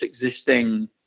existing